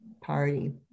party